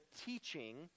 teaching